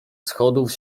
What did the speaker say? schodów